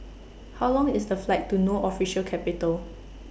How Long IS The Flight to No Official Capital